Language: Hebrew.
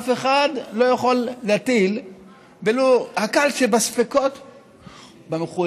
אף אחד לא יכול להטיל ולו הקל שבספקות במחויבות,